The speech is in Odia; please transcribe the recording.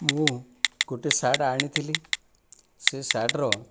ମୁଁ ଗୋଟିଏ ସାର୍ଟ ଆଣିଥିଲି ସେ ସାର୍ଟର